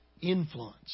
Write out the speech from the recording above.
influence